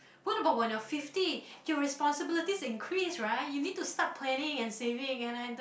what about when you're fifty your responsibilities increase right you need to start planning and saving and I'm the